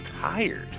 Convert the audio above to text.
tired